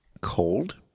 cold